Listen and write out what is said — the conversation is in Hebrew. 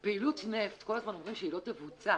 בפעילות נפט, כל הזמן אומרים שהיא לא תבוצע